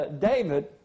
David